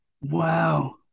Wow